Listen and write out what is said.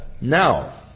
Now